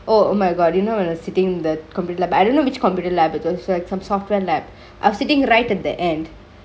oh oh my god do you know when I was sittingk the computer lab I don't know which computer lab but it was like some software lab I was sittingk right at the end